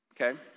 okay